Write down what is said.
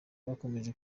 bakomeje